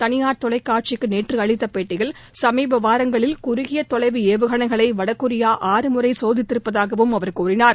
தளியார் தொலைக்காட்சிக்கு நேற்று அளித்த பேட்டியில் சுமீப வாரங்களில் குறுகிய தொலைவு ஏவுகணைகளை வடகொரியா ஆறு முறை சோதித்திருப்பதாகவும் அவர் கூறினார்